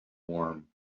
warm